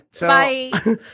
Bye